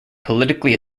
politically